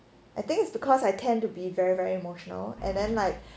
I think it's because I tend to be very very emotional and then like